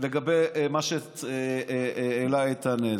לגבי מה שהעלה איתן.